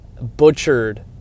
butchered